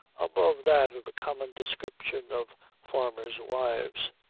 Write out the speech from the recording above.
above that of the common description of farmer's wives.